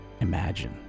imagine